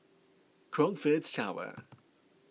Crockfords Tower